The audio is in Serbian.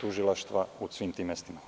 tužilaštva u svim tim mestima.